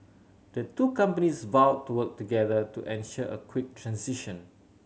the two companies vowed to work together to ensure a quick transition